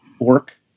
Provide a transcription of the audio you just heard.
work